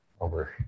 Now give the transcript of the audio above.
over